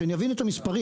שאני אבין את המספרים.